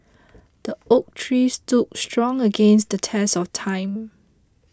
the oak tree stood strong against the test of time